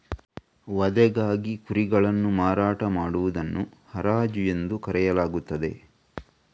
ವಧೆಗಾಗಿ ಕುರಿಗಳನ್ನು ಮಾರಾಟ ಮಾಡುವುದನ್ನು ಹರಾಜು ಎಂದು ಕರೆಯಲಾಗುತ್ತದೆ